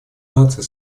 наций